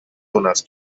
unas